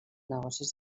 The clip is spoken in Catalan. negocis